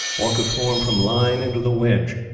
or could form from line into the wedge,